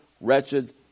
wretched